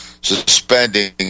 Suspending